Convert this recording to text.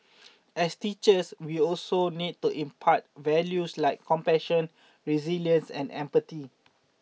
as teachers we also need to impart values like compassion resilience and empathy